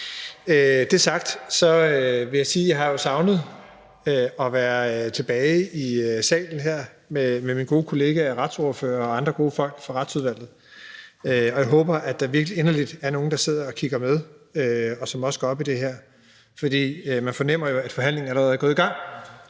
Det sagt, så vil jeg sige, at jeg har savnet at være tilbage i salen her med mine gode kolleger, med de andre retsordførere og andre gode folk fra Retsudvalget, og jeg håber inderligt, at der er nogle, som går op i det her, som sidder og kigger med, for man fornemmer jo, at forhandlingen om en ny lovgivning